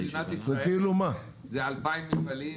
תעשייה זה מדינת ישראל, זה 2,000 מובטלים.